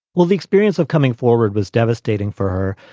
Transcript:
well, the experience of coming forward was devastating for her.